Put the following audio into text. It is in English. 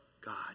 God